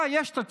די, יש תקציב.